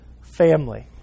family